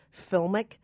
filmic